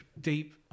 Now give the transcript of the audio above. deep